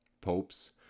Popes